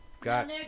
got